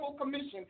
commission